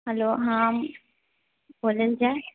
hello हँ बोलल जाए